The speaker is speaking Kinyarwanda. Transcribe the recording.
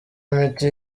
imiti